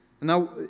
Now